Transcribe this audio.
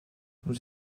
nous